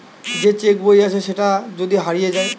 যে চেক বই আছে সেটা যদি হারিয়ে যায়